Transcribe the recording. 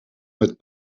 met